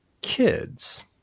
kids